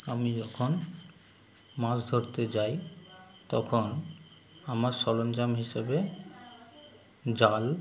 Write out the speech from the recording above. আমি যখন মাছ ধরতে যাই তখন আমার সরঞ্জাম হিসাবে জাল